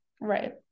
right